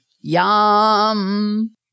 Yum